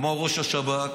כמו ראש השב"כ,